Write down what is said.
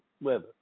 weather